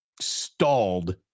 stalled